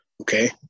okay